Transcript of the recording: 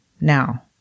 Now